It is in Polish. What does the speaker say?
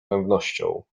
pewnością